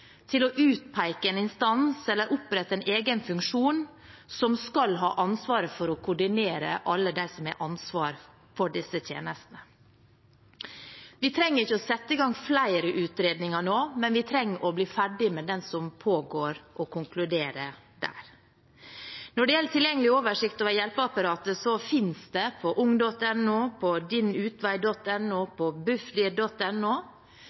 til å utpeke en instans eller opprette en egen funksjon som skal ha ansvaret for å koordinere alle dem som har ansvar for disse tjenestene. Vi trenger ikke å sette i gang flere utredninger nå, men vi trenger å bli ferdig med den som pågår, og konkludere der. Når det gjelder tilgjengelig oversikt over hjelpeapparatet, finnes det på ung.no, på dinutvei.no, på